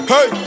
Hey